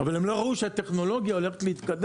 אבל הם לא ראו שהטכנולוגיה הולכת להתקדם,